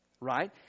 right